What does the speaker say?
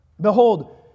Behold